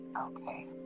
okay